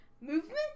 movement